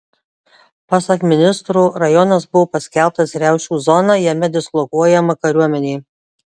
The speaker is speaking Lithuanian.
pasak ministro rajonas buvo paskelbtas riaušių zona jame dislokuojama kariuomenė